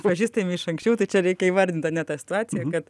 pažįstami iš anksčiau tai čia reikia įvardint ane tą situaciją kad